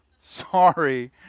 Sorry